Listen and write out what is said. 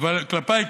אבל כלפיי כן.